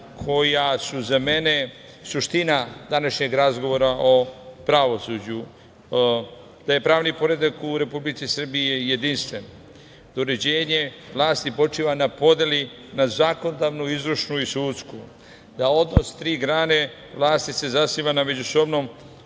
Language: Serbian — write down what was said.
koja su za mene suština današnjeg razgovora o pravosuđu – da je pravni poredak u Republici Srbiji jedinstven, da uređenje vlasti počiva na podeli na zakonodavnu, izvršnu i sudski, da se odnos tri grane vlasti zasniva na međusobnom